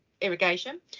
irrigation